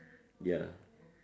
ya